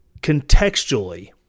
contextually